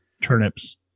turnips